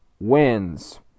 wins